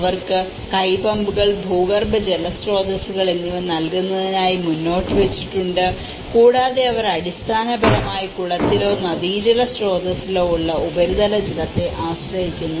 അവർക്ക് കൈ പമ്പുകൾ ഭൂഗർഭ ജലസ്രോതസ്സുകൾ എന്നിവ നൽകുന്നതിനായി മുന്നോട്ട് വച്ചിട്ടുണ്ട് കൂടാതെ അവർ അടിസ്ഥാനപരമായി കുളത്തിലോ നദീജല സ്രോതസ്സുകളിലോ ഉള്ള ഉപരിതല ജലത്തെ ആശ്രയിക്കുന്നു